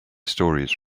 stories